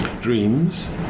dreams